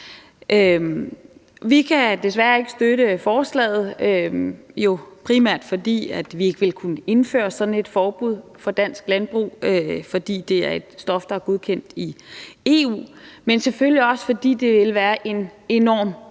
Vi kan desværre ikke støtte forslaget, og det er primært, fordi vi ikke vil kunne indføre sådan et forbud for dansk landbrug, fordi det er et stof, der er godkendt i EU, men selvfølgelig også fordi det ville være en enorm